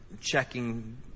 checking